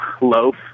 loaf